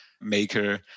Maker